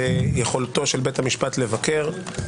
ואז היועץ המשפטי ישלים ככל שיראה לנכון